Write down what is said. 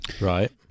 Right